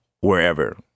wherever